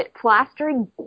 plastering